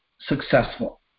successful